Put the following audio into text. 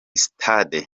stade